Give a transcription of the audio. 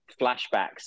flashbacks